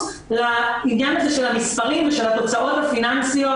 לעניין הזה של המספרים ושל התוצאות הפיננסיות.